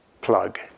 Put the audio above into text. plug